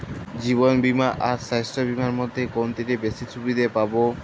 জীবন বীমা আর স্বাস্থ্য বীমার মধ্যে কোনটিতে বেশী সুবিধে পাব?